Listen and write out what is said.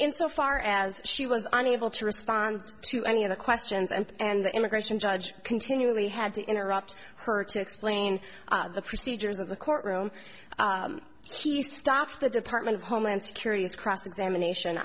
in so far as she was unable to respond to any of the questions and the immigration judge continually had to interrupt her to explain the procedures of the courtroom she stops the department of homeland security is cross examination